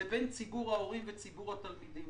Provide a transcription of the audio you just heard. לבין ציבור ההורים וציבור התלמידים.